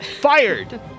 fired